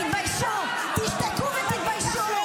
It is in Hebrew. תשתקו ותתביישו.